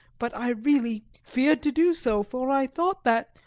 but i really feared to do so, for i thought that,